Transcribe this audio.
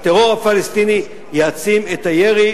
הטרור הפלסטיני יעצים את הירי,